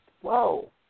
Whoa